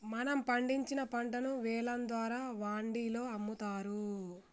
మనం పండించిన పంటను వేలం ద్వారా వాండిలో అమ్ముతారు